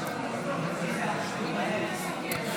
כהצעת הוועדה, נתקבל.